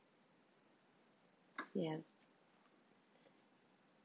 ya